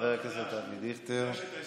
חבר הכנסת אבי דיכטר.